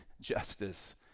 justice